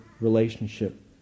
relationship